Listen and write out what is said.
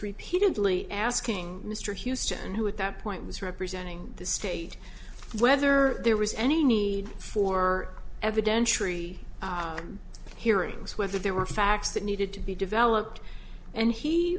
repeatedly asking mr houston who at that point was representing the state whether there was any need for evidentiary hearing whether there were facts that needed to be developed and he